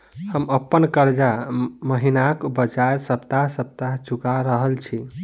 हम अप्पन कर्जा महिनाक बजाय सप्ताह सप्ताह चुका रहल छि